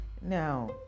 now